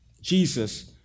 Jesus